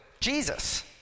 Jesus